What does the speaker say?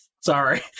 Sorry